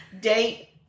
date